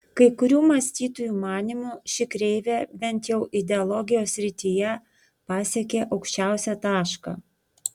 kai kurių mąstytojų manymu ši kreivė bent jau ideologijos srityje pasiekė aukščiausią tašką